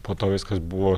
po to viskas buvo